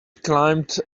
climbed